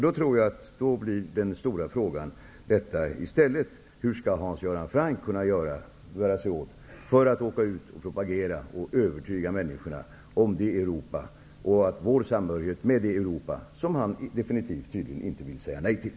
Då blir den stora frågan hur Hans Göran Franck skall bära sig åt för att propagera och övertyga människorna om vår samhörighet med Europa -- som han tydligen inte vill säga nej till.